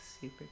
super